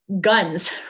guns